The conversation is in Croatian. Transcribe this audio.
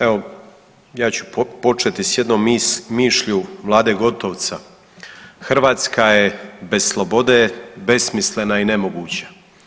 Evo ja ću početi sa jednom mišlju Vlade Gotovca, „Hrvatska je bez slobode besmislena i nemoguća“